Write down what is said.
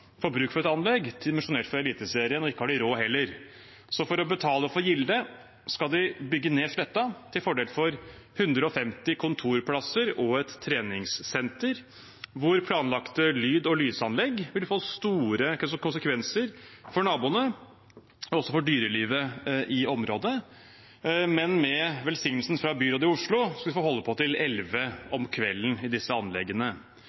for et anlegg dimensjonert for Eliteserien. Ikke har de råd heller, så for å betale for gildet skal de bygge ned sletta til fordel for 150 kontorplasser og et treningssenter. Planlagte lyd- og lysanlegg vil få store konsekvenser for naboene og også for dyrelivet i området, men med velsignelse fra byrådet i Oslo skal de få holde på til elleve om kvelden i disse anleggene.